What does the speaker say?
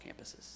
campuses